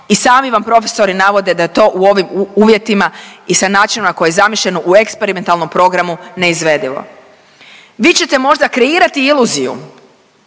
i sami vam profesori navode da to u ovim uvjetima i sa načinom na koji je zamišljen u eksperimentalnom programu neizvedivo. Vi ćete možda kreirati iluziju